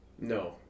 No